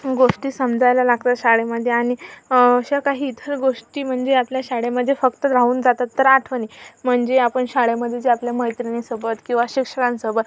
गोष्टी समजायला लागतात शाळेमध्ये आणि अशा काही इतर गोष्टी म्हणजे आपल्या शाळेमध्ये फक्त राहून जातात तर आठवणी म्हणजे आपण शाळेमध्ये ज्या आपल्या मैत्रिणीसोबत किंवा शिक्षकांसोबत